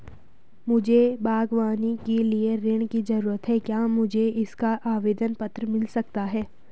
मुझे बागवानी के लिए ऋण की ज़रूरत है क्या मुझे इसका आवेदन पत्र मिल सकता है?